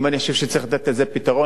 אם אני חושב שצריך לתת לזה פתרון?